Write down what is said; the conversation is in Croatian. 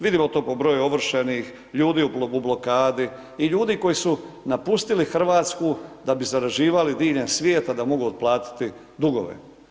Vidimo to po broju ovršenih ljudi u blokadi i ljudi koji su napustili Hrvatsku da bi zarađivali diljem svijeta, da mogu otplatiti dugove.